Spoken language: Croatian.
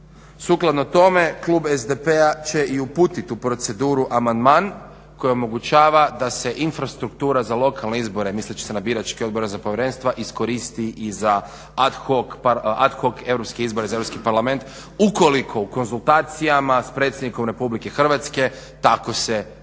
Sukladno tome klub SDP-a će i uputiti u proceduru amandman koji omogućava da se infrastruktura za lokalne izbore misleći se na biračke odbore za povjerenstva iskoristi i za ad hoc europske izbore za Europski parlament, ukoliko u konzultacijama s predsjednikom Republike Hrvatske tako se i